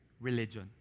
Religion